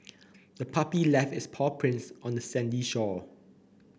the puppy left its paw prints on the sandy shore